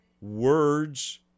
words